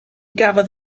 gafodd